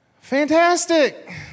Fantastic